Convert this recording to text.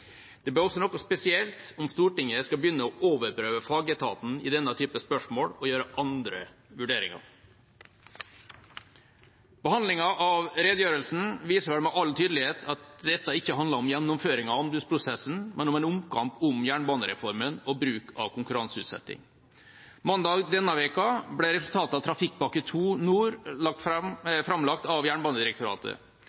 Det blir også noe spesielt om Stortinget skal begynne å overprøve fagetaten i denne typen spørsmål og gjøre andre vurderinger. Behandlingen av redegjørelsen viser vel med all tydelighet at dette ikke handler om gjennomføringen av anbudsprosessen, men om en omkamp om jernbanereformen og bruk av konkurranseutsetting. Mandag denne uka ble resultatet av Trafikkpakke